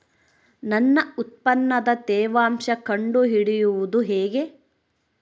ನನ್ನ ಉತ್ಪನ್ನದ ತೇವಾಂಶ ಕಂಡು ಹಿಡಿಯುವುದು ಹೇಗೆ?